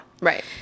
Right